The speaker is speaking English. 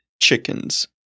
chickens